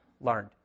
learned